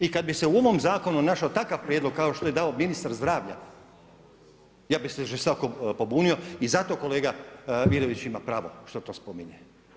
I kad bi se u ovom zakonu našao takav prijedlog kao što je dao ministar zdravlja, ja bih se žestoko pobunio i zato kolega Vidović ima pravo što to spominje.